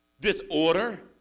disorder